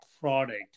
product